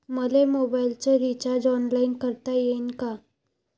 मले मोबाईलच recharge online करता येईन का?